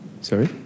sorry